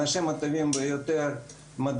מאתיים אלף שקל לשנה במשך חמש שנים.